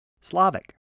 Slavic